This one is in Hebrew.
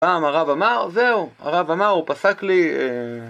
פעם הרב אמר, זהו, הרב אמר, הוא פסק לי